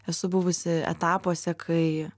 esu buvusi etapuose kai